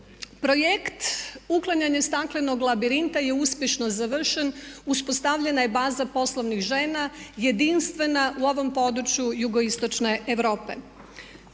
Projekt „Uklanjanje staklenog labirinta“ je uspješno završen, uspostavljena je baza poslovnih žena jedinstvena u ovom području jugoistočne Europe.